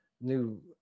new